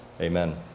Amen